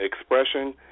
expression